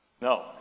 no